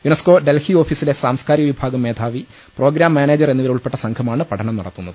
UNESCO Delhi ഓഫീ സിലെ സാംസ്കാരിക വിഭാഗം മേധാവി പ്രോഗ്രാം മാനേജർ എന്നിവരുൾപ്പെട്ട സംഘമാണ് പഠനം നടത്തുന്നത്